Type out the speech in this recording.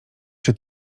czy